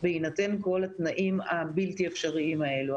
בהינתן כל התנאים הבלתי אפשריים האלה.